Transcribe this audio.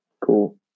cool